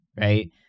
right